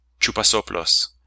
Chupasoplos